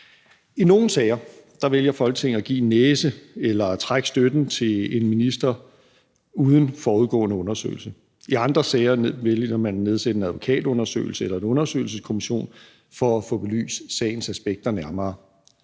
I nogle sager vælger Folketinget at give en næse eller at trække støtten til en minister uden forudgående undersøgelse. I andre sager vælger man at nedsætte en advokatundersøgelse eller en undersøgelseskommission for at få belyst sagens aspekter nærmere.